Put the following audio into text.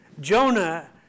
Jonah